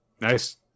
nice